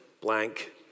blank